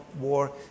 war